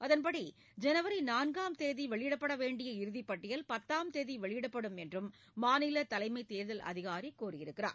அதன்படி ஜனவரி நாள்காம் தேதி வெளியிடப்பட வேண்டிய இறுதிப்பட்டியல் பத்தாம் தேதி வெளியிடப்படும் என்று மாநிலத் தலைமை தேர்தல் அதிகாரி கூறியுள்ளார்